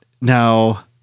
Now